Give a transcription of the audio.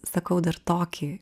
sakau dar tokį